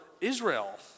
Israel